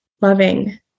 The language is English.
Loving